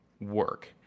work